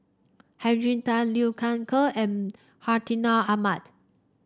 Henry Tan Liu Thai Ker and Hartinah Ahmad